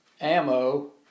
ammo